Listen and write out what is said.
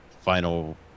final